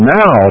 now